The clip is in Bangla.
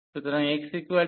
সুতরাং x a